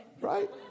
Right